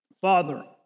Father